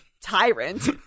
tyrant